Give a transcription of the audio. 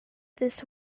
this